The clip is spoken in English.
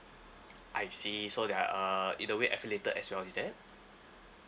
I see so that uh in a way affiliated as well is that